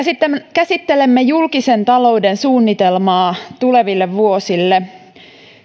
käsittelemme julkisen talouden suunnitelmaa tuleville vuosille